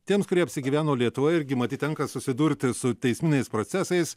tiems kurie apsigyveno lietuvoje irgi matyt tenka susidurti su teisminiais procesais